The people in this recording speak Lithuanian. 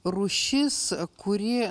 rūšis kuri